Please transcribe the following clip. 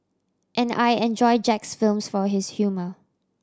and I enjoy Jack's films for his humour